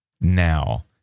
now